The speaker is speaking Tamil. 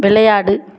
விளையாடு